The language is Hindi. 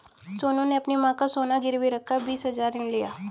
सोनू ने अपनी मां का सोना गिरवी रखकर बीस हजार ऋण लिया